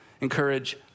encourage